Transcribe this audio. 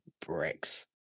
bricks